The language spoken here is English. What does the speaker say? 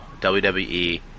WWE